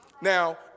Now